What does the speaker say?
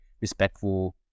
respectful